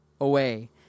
away